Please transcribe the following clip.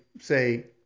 say